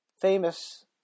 famous